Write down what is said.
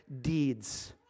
deeds